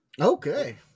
Okay